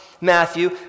Matthew